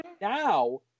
now